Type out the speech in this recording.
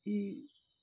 এই